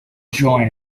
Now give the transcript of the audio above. join